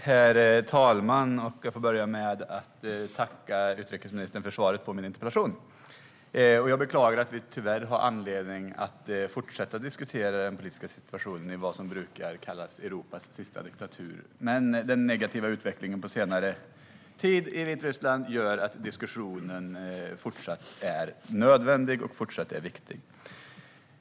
Herr talman! Jag tackar utrikesministern för svaret på min interpellation. Jag beklagar att vi tyvärr har anledning att fortsätta diskutera den politiska situationen i vad som brukar kallas Europas sista diktatur. Men den negativa utvecklingen på senare tid i Vitryssland gör att diskussionen även fortsättningsvis är nödvändig och viktig.